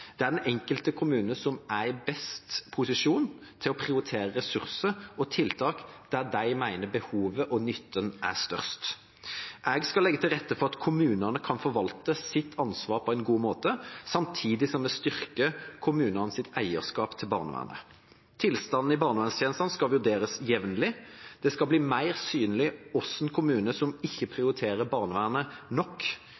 i best posisjon til å prioritere ressurser og tiltak der de mener behovet og nytten er størst. Jeg skal legge til rette for at kommunene kan forvalte sitt ansvar på en god måte, samtidig som vi styrker kommunenes eierskap til barnevernet. Tilstanden i barnevernstjenestene skal vurderes jevnlig. Det skal bli mer synlig hvilken kommune som ikke